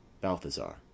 Balthazar